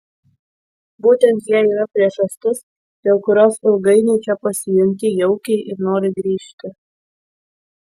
būtent jie yra priežastis dėl kurios ilgainiui čia pasijunti jaukiai ir nori grįžti